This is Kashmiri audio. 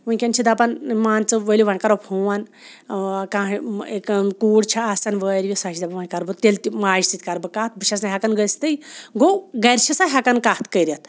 وٕنۍکٮ۪ن چھِ دَپان مان ژٕ ؤلِو وَنہِ کَرو فون کانٛہہ کوٗر چھےٚ آسان وٲروِ سۄ چھِ دَپان وۄنہِ کَرٕ بہٕ تیٚلہِ تہِ ماجہِ سۭتۍ کَرٕ بہٕ کَتھ بہٕ چھَس نہٕ ہٮ۪کان گٔژھتٕے گوٚو گَرِ چھِ سۄ ہٮ۪کان کَتھ کٔرِتھ